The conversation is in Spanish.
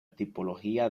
tipología